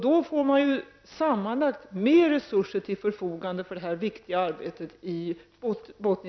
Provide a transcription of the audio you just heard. Då får man sammanlagt mer resurser till förfogande för detta viktiga arbete i